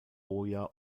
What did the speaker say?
hoya